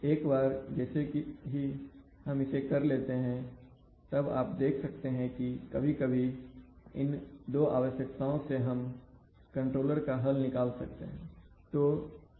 तो एक बार जैसे ही हम इसे कर लेते हैं तब आप देख सकते हैं कि कभी कभी इन दो आवश्यकताओं से हम कंट्रोलर का हल निकाल सकते हैं ठीक है